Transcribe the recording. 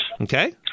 Okay